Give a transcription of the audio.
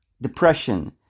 depression